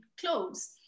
clothes